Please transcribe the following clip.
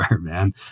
man